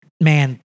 man